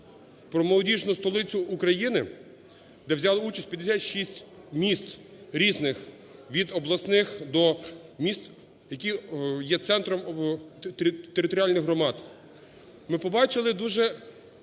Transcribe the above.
про молодіжну столицю України, де взяли участь 56 міст різних від обласних до міст, які є центром територіальних громад. Ми побачили дуже